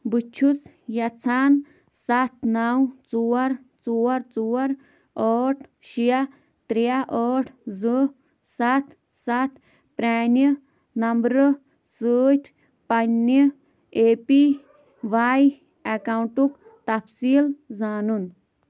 بہٕ چھُس یژھان سَتھ نَو ژور ژور ژور ٲٹھ شےٚ ترٛےٚ ٲٹھ زٕ سَتھ سَتھ پرٛانہِ نمبرٕ سۭتۍ پنٕنہِ اے پی واٮٔی اکاؤنٹُک تَفصیٖل زانُن